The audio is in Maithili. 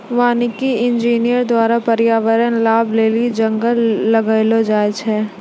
वानिकी इंजीनियर द्वारा प्रर्यावरण लाभ लेली जंगल लगैलो जाय छै